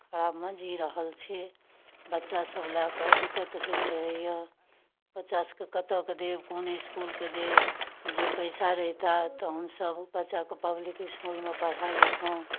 खराबमे जी रहल छी बच्चासभ लए कऽ दिक्कत होइत रहैए बच्चा सभकेँ कतयके देब कोन इसकुलके देब जँ पैसा रहितै तऽ हमसभ बच्चाकेँ पब्लिक इसकुलमे पढ़ाए लैतहुँ